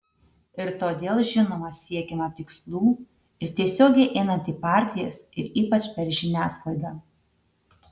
ir todėl žinoma siekiama tikslų ir tiesiogiai einant į partijas ir ypač per žiniasklaidą